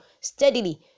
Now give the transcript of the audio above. steadily